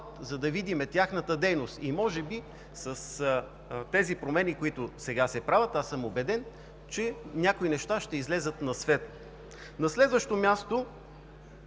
за да видим тяхната дейност. С промените, които сега се правят, съм убеден, че някои неща ще излязат на светло. На следващо място,